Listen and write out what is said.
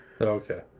Okay